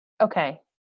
Okay